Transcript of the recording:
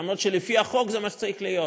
למרות שלפי החוק זה מה שצריך להיות.